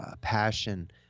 passion